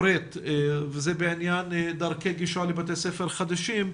לעניין דרכי גישה לבתי ספר חדשים,